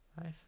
five